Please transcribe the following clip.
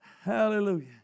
Hallelujah